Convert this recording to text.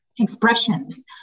expressions